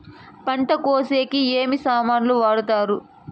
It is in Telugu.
పంట కోసేకి ఏమి సామాన్లు వాడుతారు?